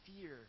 fear